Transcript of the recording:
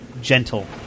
gentle